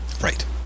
Right